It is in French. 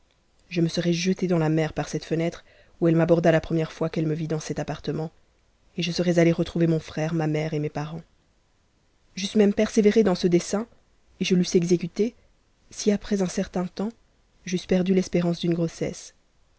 je me serais jetée dans la mer par cette fenêtre où elle m'aborda la première fois qu'elle me vit dans cet appartement et je serais allée retrouver mon frère ma mère et mes parents j'eusse même persévéré dans ce dessein et je l'eussr exécuté si après un certain temps j'eusse perdu l'espérance d'une grossesse